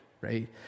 right